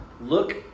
look